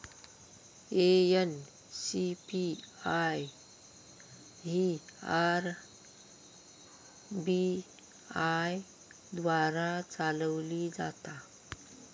NCPI ही RBI द्वारा चालवली जाता